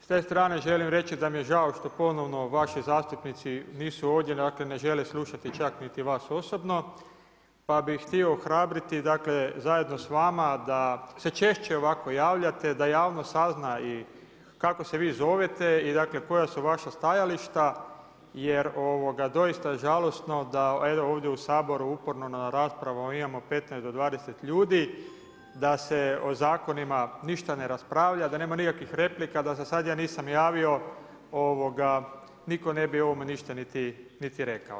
S te strane želim reći da mi je žao što ponovno vaši zastupnici nisu ovdje, dakle ne žele slušati čak niti vas osobno pa bi ih htio ohrabriti zajedno s vama da se češće ovako javljate, da javnost sazna i kako se vi zovete i koja su vaša stajališta jer je doista žalosno da ovdje u Saboru uporno na raspravama imamo 15 do 20 ljudi, da se o zakonima ništa ne raspravlja, da nema nikakvih replika, da se sada ja nisam javio niko ne bi o ovome ništa niti rekao.